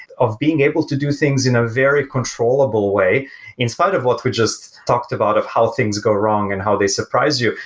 of being able to do things in a very controllable way in spite of what we just talked about of those things go wrong and how they surprise you.